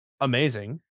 amazing